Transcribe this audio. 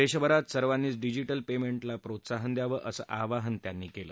देशभरात सर्वांनीच digital payment प्रोत्साहन द्यावं असं आवाहन मोदी यांनी केलं